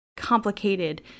complicated